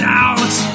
out